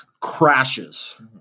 crashes